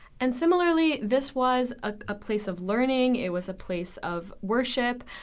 and similarly this was a place of learning, it was a place of worship.